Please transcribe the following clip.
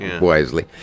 wisely